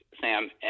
Sam